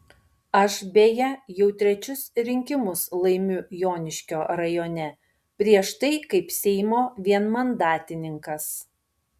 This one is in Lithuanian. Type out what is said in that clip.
aš beje jau trečius rinkimus laimiu joniškio rajone prieš tai kaip seimo vienmandatininkas